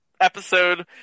episode